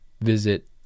visit